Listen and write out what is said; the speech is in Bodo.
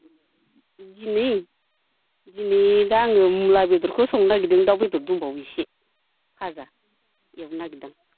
दिनै दिनै दा आङो मुला बेदरखौ संनो नागेरदों दाव बेदर दंबावो एसे फाजा एवनो नागेरदां